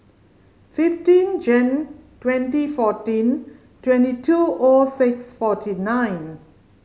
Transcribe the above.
fifteen Jan twenty fourteen twenty two O six forty nine